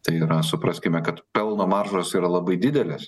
tai yra supraskime kad pelno maržos yra labai didelės